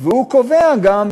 והוא קובע גם,